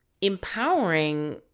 empowering